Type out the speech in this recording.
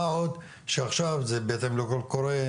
מה עוד שעכשיו זה בהתאם לקול קורא,